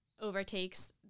overtakes –